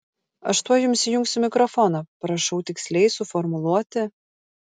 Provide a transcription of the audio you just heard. aš tuoj jums įjungsiu mikrofoną prašau tiksliai suformuluoti